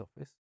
office